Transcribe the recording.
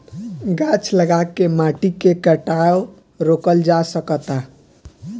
गाछ लगा के माटी के कटाव रोकल जा सकता